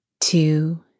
two